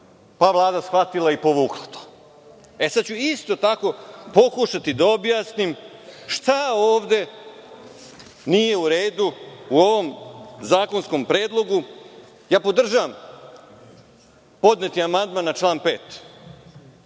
je Vlada shvatila i povukla ih. Sada ću isto tako pokušati da objasnim šta ovde nije u redu u ovom zakonskom predlogu. Podržavam podneti amandman na član 5,